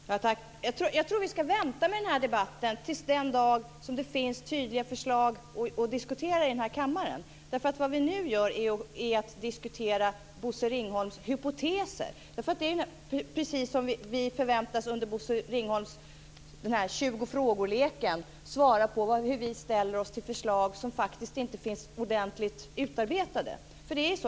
Fru talman! Jag tror att vi ska vänta med den debatten till den dagen det finns tydliga förslag att diskutera i denna kammare. Vad vi nu gör är att vi diskuterar Bosse Ringholms hypoteser. Det är precis som i Bosse Ringholms 20-frågorsleken - vi förväntas ge svar om hur vi ställer oss till förslag som faktiskt inte finns ordentligt utarbetade.